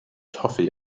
toffee